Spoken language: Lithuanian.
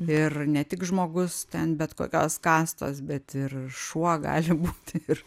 ir ne tik žmogus ten bet kokios kastos bet ir šuo gali būti ir